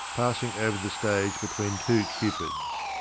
passing over the stage between two cupids.